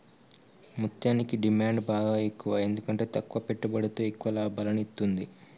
ముత్యనికి డిమాండ్ బాగ ఎక్కువ ఎందుకంటే తక్కువ పెట్టుబడితో ఎక్కువ లాభాలను ఇత్తుంది